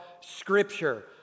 scripture